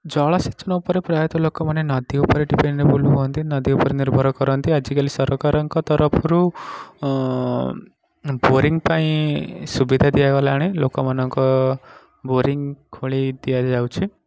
ଜଳସେଚନ ଉପରେ ପ୍ରାୟତଃ ଲୋକମାନେ ନଦୀ ଉପରେ ଡିପେନଡ଼େବଲ୍ ହୁଅନ୍ତି ନଦୀ ଉପରେ ନିର୍ଭର କରନ୍ତି ଆଜିକାଲି ସରକାରଙ୍କ ତରଫରୁ ବୋରିଂ ପାଇଁ ସୁବିଧା ଦିଆଗଲାଣି ଲୋକମାନଙ୍କ ବୋରିଂ ଖୋଳି ଦିଆଯାଉଛି